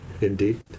Indeed